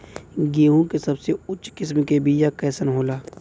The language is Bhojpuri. गेहूँ के सबसे उच्च किस्म के बीया कैसन होला?